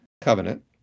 covenant